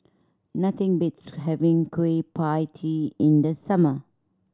nothing beats having Kueh Pie Tee in the summer